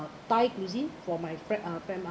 thai cuisine for my frien~ uh friend ah